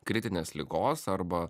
kritinės ligos arba